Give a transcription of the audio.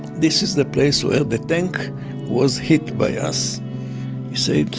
this is the place where the tank was hit by us he said,